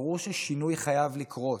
ברור ששינוי חייב לקרות.